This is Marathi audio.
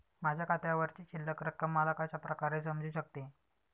माझ्या खात्यावरची शिल्लक रक्कम मला कशा प्रकारे समजू शकते?